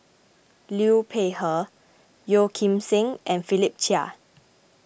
Liu Peihe Yeo Kim Seng and Philip Chia